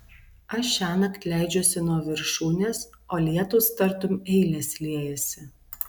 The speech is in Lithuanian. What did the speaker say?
aš šiąnakt leidžiuosi nuo viršūnės o lietūs tartum eilės liejasi